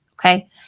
Okay